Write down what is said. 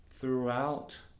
Throughout